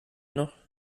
noch